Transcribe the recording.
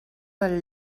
del